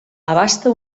abasta